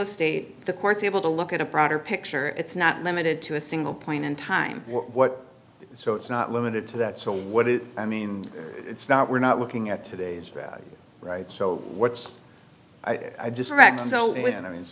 estate the courts able to look at a broader picture it's not limited to a single point in time what so it's not limited to that so what is i mean it's not we're not looking at today's right so what's i